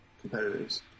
competitors